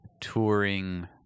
touring